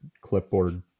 clipboard